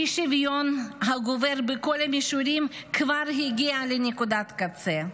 האי-שוויון הגובר בכל המישורים כבר הגיע לנקודת קצה.